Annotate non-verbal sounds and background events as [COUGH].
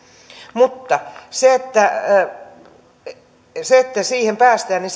mutta että siihen päästään niin [UNINTELLIGIBLE]